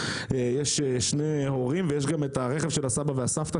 יש שני הורים ויש גם את הרכב של הסבא והסבתא,